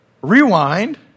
rewind